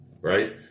right